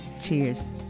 Cheers